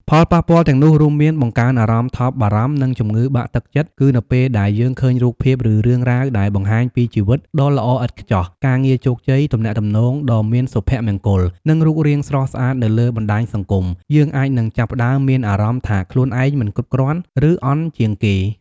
ផលប៉ះពាល់ទាំងនោះរួមមាន បង្កើនអារម្មណ៍ថប់បារម្ភ និងជំងឺបាក់ទឹកចិត្តគឺនៅពេលដែលយើងឃើញរូបភាព ឬរឿងរ៉ាវដែលបង្ហាញពីជីវិតដ៏ល្អឥតខ្ចោះ ការងារជោគជ័យ ទំនាក់ទំនងដ៏មានសុភមង្គល និងរូបរាងស្រស់ស្អាតនៅលើបណ្ដាញសង្គម យើងអាចនឹងចាប់ផ្ដើមមានអារម្មណ៍ថាខ្លួនឯងមិនគ្រប់គ្រាន់ ឬអន់ជាងគេ។